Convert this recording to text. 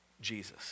Jesus